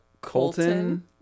Colton